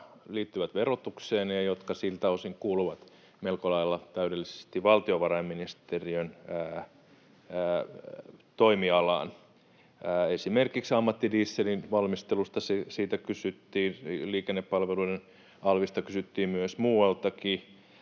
jotka liittyvät verotukseen ja jotka siltä osin kuuluvat melko lailla täydellisesti valtiovarainministeriön toimialaan. Esimerkiksi ammattidieselin valmistelusta kysyttiin, liikennepalveluiden alvista kysyttiin muualtakin.